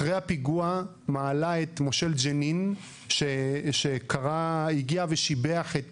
אחרי הפיגוע מעלה את מושל ג'נין שהגיע ושיבח את